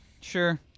Sure